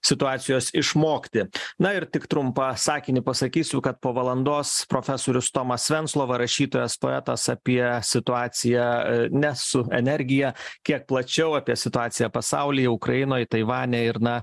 situacijos išmokti na ir tik trumpą sakinį pasakysiu kad po valandos profesorius tomas venclova rašytojas poetas apie situaciją ne su energija kiek plačiau apie situaciją pasaulį ukrainoj taivane ir na